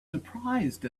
surprised